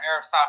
airsoft